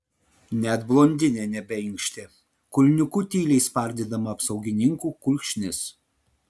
net blondinė nebeinkštė kulniuku tyliai spardydama apsaugininkų kulkšnis